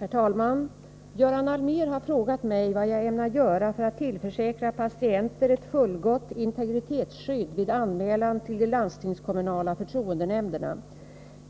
Herr talman! Göran Allmér har frågat mig vad jag ämnar göra för att tillförsäkra patienter ett fullgott integritetsskydd vid anmälan till de landstingskommunala förtroendenämnderna.